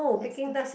as the